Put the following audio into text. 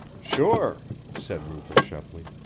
sure! said rufus shepley.